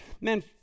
man